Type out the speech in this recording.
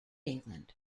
england